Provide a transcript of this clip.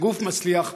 זה גוף מצליח.